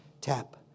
tap